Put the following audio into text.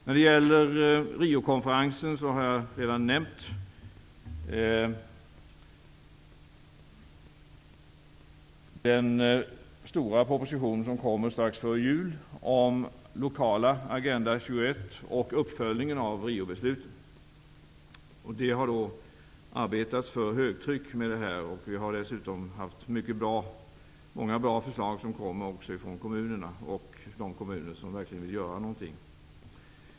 När det gäller Riokonferensen har jag redan nämnt den stora proposition som kommer strax före jul om den lokala Agenda 21 och uppföljningen av Riobeslutet. Det har arbetats för högtryck med detta. Vi har dessutom fått många bra förslag från kommunerna, dvs. de kommuner som verkligen vill göra någonting.